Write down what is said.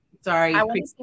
Sorry